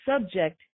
subject